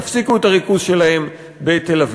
תפסיקו את הריכוז שלהם בתל-אביב.